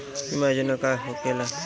बीमा योजना का होखे ला?